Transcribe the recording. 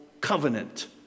covenant